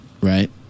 Right